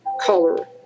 color